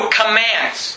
commands